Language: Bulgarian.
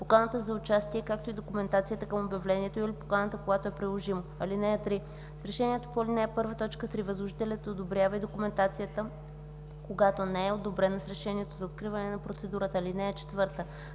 поканата за участие, както и документацията към обявлението или покана, когато е приложимо. (3) С решението по ал. 1, т. 3 възложителят одобрява и документацията, когато не е одобрена с решението за откриване на процедурата. (4)